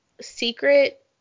secret